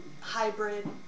hybrid